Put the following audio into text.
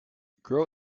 grow